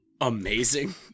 amazing